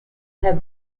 have